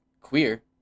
queer